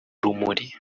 rumuri